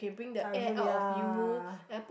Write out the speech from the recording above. I also ya